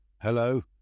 Hello